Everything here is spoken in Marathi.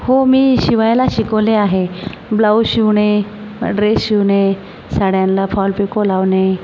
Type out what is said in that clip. हो मी शिवायला शिकवले आहे ब्लाउज शिवणे ड्रेस शिवणे साड्यांला फॉल पिको लावणे